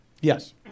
Yes